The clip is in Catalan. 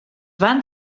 van